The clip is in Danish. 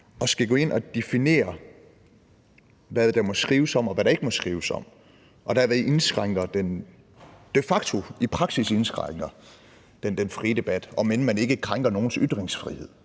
med at gå ind at definere, hvad der må skrives om, og hvad der ikke må skrives om, og dermed indskrænker den i praksis – de facto – den frie debat, om end man ikke krænker nogens ytringsfrihed.